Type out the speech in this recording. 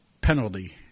penalty